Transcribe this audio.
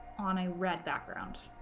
on a red background